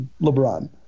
LeBron